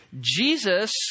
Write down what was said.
Jesus